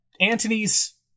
Antony's